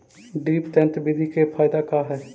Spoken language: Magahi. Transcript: ड्रिप तन्त्र बिधि के फायदा का है?